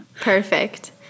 Perfect